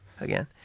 again